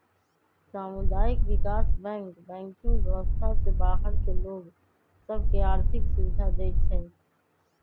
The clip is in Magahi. सामुदायिक विकास बैंक बैंकिंग व्यवस्था से बाहर के लोग सभ के आर्थिक सुभिधा देँइ छै